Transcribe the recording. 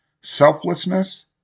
Selflessness